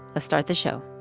let's start the show